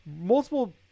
Multiple